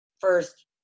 first